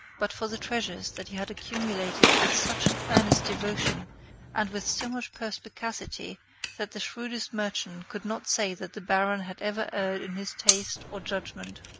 but for the treasures that he had accumulated with such an earnest devotion and with so much perspicacity that the shrewdest merchant could not say that the baron had ever erred in his taste or judgment.